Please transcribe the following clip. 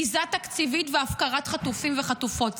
ביזה תקציבית והפקרת חטופים וחטופות.